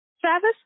Travis